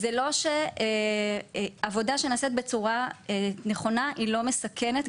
זה לא שעבודה שנעשית בצורה נכונה היא לא מסכנת,